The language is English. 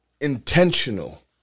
intentional